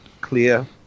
clear